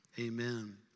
Amen